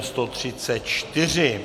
134.